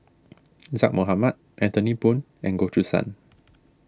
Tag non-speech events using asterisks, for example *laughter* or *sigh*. *noise* Zaqy Mohamad Anthony Poon and Goh Choo San